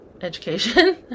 education